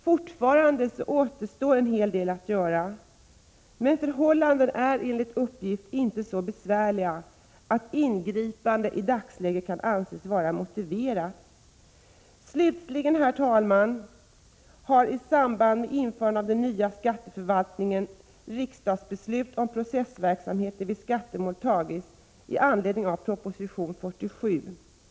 Fortfarande återstår en hel del att göra, men förhållandena är enligt uppgift inte så besvärliga att ett ingripande i dagsläget kan anses vara motiverat. Slutligen, herr talman, har i samband med införandet av den nya skatteförvaltningen riksdagsbeslut om processverksamheten vid skattemål fattats i anledning av proposition 1986/87:47.